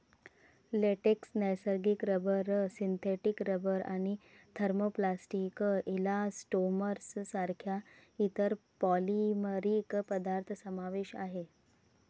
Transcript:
latex, नैसर्गिक rubber, synthetic rubber आणि thermoplastic elastomers सारख्या इतर पॉलिमरिक पदार्थ समावेश आहे